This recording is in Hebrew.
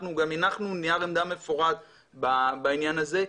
אנחנו גם הנחנו נייר עמדה מפורט בעניין הזה.